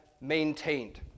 maintained